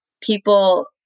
people